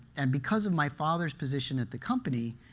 and because of my father's position at the company,